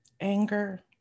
anger